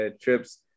trips